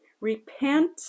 repent